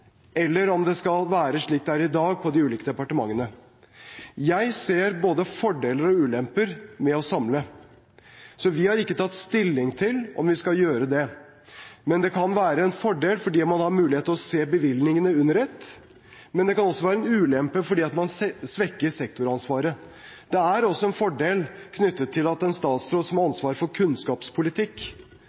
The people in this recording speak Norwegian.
eller om det skal være slik det er i dag: på de ulike departementene. Jeg ser både fordeler og ulemper med å samle, så vi har ikke tatt stilling til om vi skal gjøre det. Det kan være en fordel fordi man har mulighet til å se bevilgningene under ett, men det kan også være en ulempe fordi man svekker sektoransvaret. Det er også en fordel knyttet til at en statsråd som har ansvaret for kunnskapspolitikk, også har ansvar for